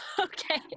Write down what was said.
Okay